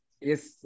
Yes